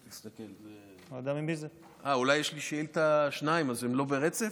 אה, אולי יש לי שתי שאילתות והן לא ברצף?